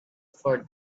for